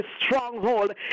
stronghold